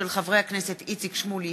של חברי הכנסת איציק שמולי,